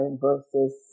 versus